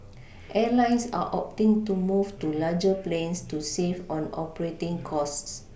Airlines are opting to move to larger planes to save on operating costs